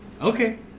Okay